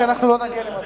עד שאנחנו לא נגיע,